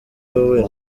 wowe